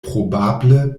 probable